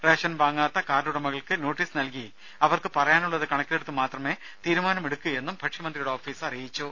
ration വാങ്ങാത്ത card ഉടമകൾക്ക് notice നൽകി അവർക്ക് പറയാനുള്ളത് കണക്കിലെടുത്തു മാത്രമേ തീരുമാനമെടുക്കൂയെന്നും ഭക്ഷ്യ മന്ത്രിയുടെ ഓഫീസ് അറിയിച്ചു